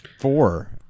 four